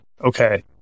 okay